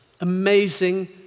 Amazing